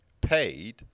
paid